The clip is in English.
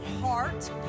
heart